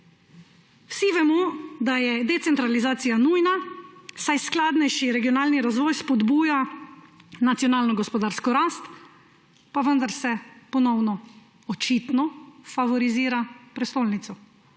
Vsi vemo, da je decentralizacija nujna, saj skladnejši regionalni razvoj spodbuja nacionalno gospodarsko rast, pa vendar se ponovno očitno favorizira prestolnica.